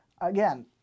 again